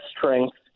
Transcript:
strength